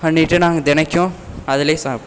பண்ணிகிட்டே நாங்கள் தினைக்கும் அதில் சாப்